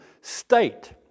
state